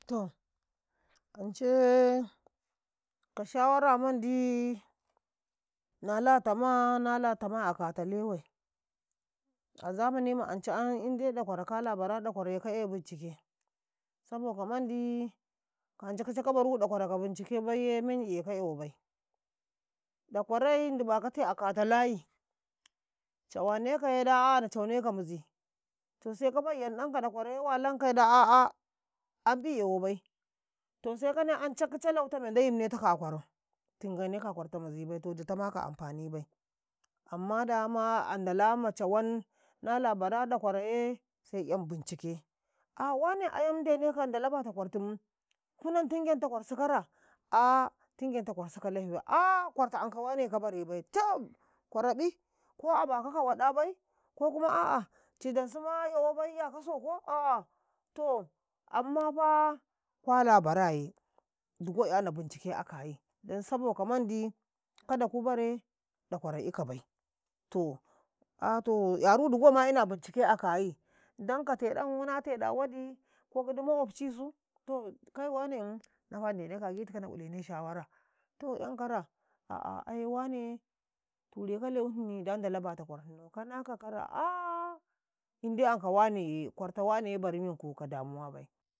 ﻿To Ance ka shawara mandi nala tama, nala tama akata lewai, a anca ꞌyan idai ɗakwarau ka bara ɗakwaraye ka eyi teɗau akata kuwa, anca kicai ka baru ɗakwara ka teɗau baiye menyi e ka 'yawo bai ɗakwarai Ndiƃakau akata ndaru, cawane kaye da a'a cawane ka mizi sai kabai yanɗene ka ɗakwaraye walankaye da a'a amƃi 'yawabai ka nayi ance kice lew ta mendau taune taka a kwarau tingenekau a kwarta mizibai ditama ka bai a ndala ma cawan nala bara ɗakwaraye sai 'yan teɗau a'a nga 'yamfa ndalau bata kwartum ku nan tingenta kwarsu kara? a tingenta kwarsu bilan a kwartau anka ngaƃi ka barebai caƃ ka barebai ko abakau ka waɗabai ko kuma a'a cidansu ma 'yakau soko a'a ammafa kwalabareye digo yanau telau a kayi saboka mandi kada ku bare ɗakwarau ikabai yaru ma ina teɗau aka kayi ndanka na teɗa wadi ko gidi makwobcisu inafa nan ndenaka a gitikau na ilene to 'yan kara a'a ai wane raine lewhini da ndalau bata kwarhinnau kanaka kara? aa indai anka wane ee kwarta wane ya baru men kau.